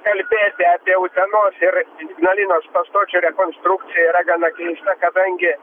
kalbėti apie utenos ir ignalinos pastočių rekonstrukciją yra gana keista kadangi